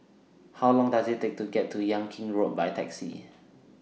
How Long Does IT Take to get to Yan Kit Road By Taxi